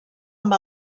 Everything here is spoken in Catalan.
amb